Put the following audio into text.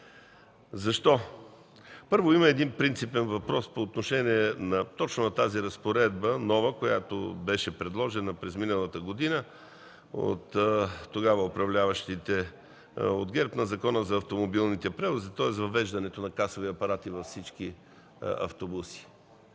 Защо? Първо, има един принципен въпрос по отношение на тази нова разпоредба, която беше предложена през миналата година от тогава управляващите от ГЕРБ, на Закона за автомобилните превози, тоест за въвеждането на касови апарати във всички автобуси.